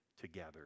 together